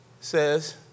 says